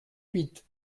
huit